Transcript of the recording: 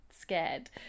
scared